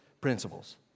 principles